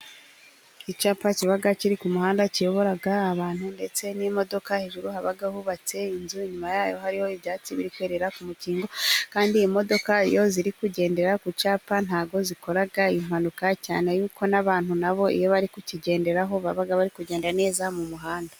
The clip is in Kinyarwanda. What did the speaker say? Icyapa kiba kiri ku muhanda kiyobora abantu ndetse n'imodoka. Hejuru haba hubatse inzu, nyuma yaho hariho ibyatsi biri kwerera mu mukingo, kandi imodoka iyo ziri kugendera ku cyapa ntizikora impanuka cyane y'uko n'abantu nabo iyo bari kukigenderaho baba bari kugenda neza mu muhanda.